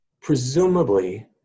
Presumably